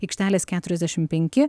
aikštelės keturiasdešim penki